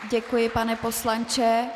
Děkuji, pane poslanče.